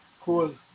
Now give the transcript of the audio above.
Cool